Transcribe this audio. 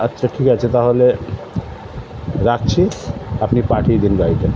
আচ্ছা ঠিক আছে তাহলে রাখছি আপনি পাঠিয়ে দিন গাড়িটা